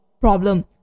problem